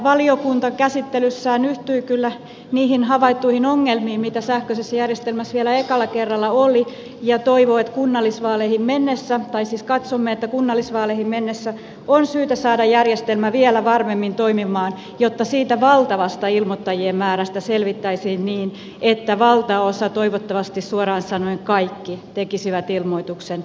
valiokunta käsittelyssään yhtyi kyllä niihin havaittuihin ongelmiin mitä sähköisessä järjestelmässä vielä ekalla kerralla oli ja toivoi kunnallisvaaleihin mennessä tai siis katsoo että kunnallisvaaleihin mennessä on syytä saada järjestelmä vielä varmemmin toimimaan jotta siitä valtavasta ilmoittajien määrästä selvittäisiin niin että valtaosa toivottavasti suoraan sanoen kaikki tekisi ilmoituksen sähköisenä